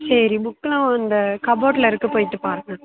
சரி புக்கெலாம் இந்த கம்போர்ட்டில் இருக்குது போய்விட்டு பாருங்க